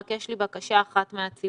רק יש לי בקשה אחת מהציבור: